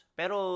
pero